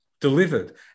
delivered